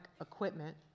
equipment